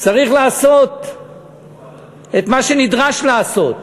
צריך לעשות את מה שנדרש לעשות.